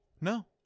no